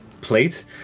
plate